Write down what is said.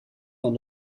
van